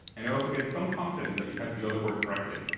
and it also gets some confidence that you typed the other word correctly.